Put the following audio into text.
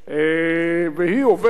והיא עובדת.